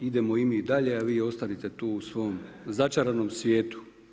Idemo i mi dalje, a vi ostanite tu u svom začaranom svijetu.